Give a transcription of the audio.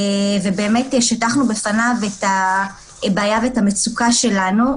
ושטחנו בפניו את הבעיה שלנו ואת המצוקה שלנו.